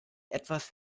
etwas